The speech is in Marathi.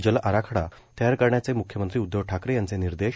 जल आराखडा तयार करण्याचे मुख्यमंत्री उदधव ठाकरे यांचे निर्देश